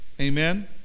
amen